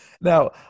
Now